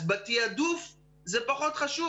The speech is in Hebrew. אז בתעדוף זה פחות חשוב.